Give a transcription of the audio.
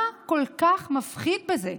מה כל כך מפחיד בזה?